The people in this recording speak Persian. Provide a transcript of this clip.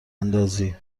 اندازی